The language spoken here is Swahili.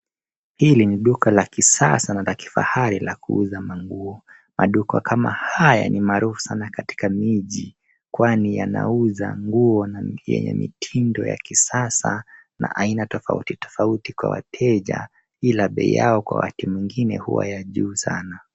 Hili ni duka la kisasa na la kifahari la kuuza manguo. Maduka kama haya ni maarufu katika miji, kwani yanauza nguo yenye mitindo ya kisasa na aina tofauti tofauti kwa wateja ila bei yao wakati mwingine huwa ya juu sana.